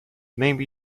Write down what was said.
maybe